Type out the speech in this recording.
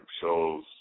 shows